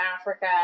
Africa